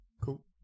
Cool